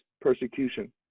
persecution